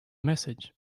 message